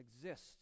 exist